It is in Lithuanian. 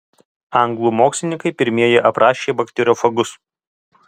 anglų mokslininkai pirmieji aprašė bakteriofagus